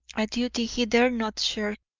a duty he dare not shirk,